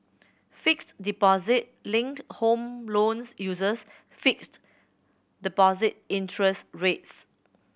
fixed deposit linked home loans uses fixed deposit interest rates